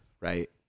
right